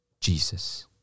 Jesus